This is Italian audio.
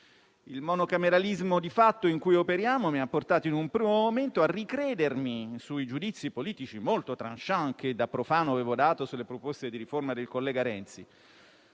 Il monocameralismo di fatto in cui operiamo mi ha portato, in un primo momento, a ricredermi sui giudizi politici, molto *tranchant*, che da profano avevo dato sulle proposte di riforma del collega Renzi;